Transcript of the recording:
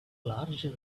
larger